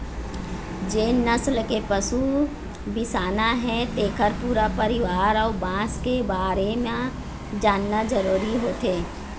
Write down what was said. जेन नसल के पशु बिसाना हे तेखर पूरा परिवार अउ बंस के बारे म जानना जरूरी होथे